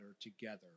Together